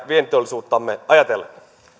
vientiteollisuuttamme ajatellen